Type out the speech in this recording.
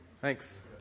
Thanks